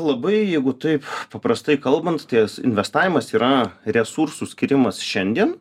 labai jeigu taip paprastai kalbant ties investavimas yra resursų skyrimas šiandien